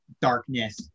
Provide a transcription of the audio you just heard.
darkness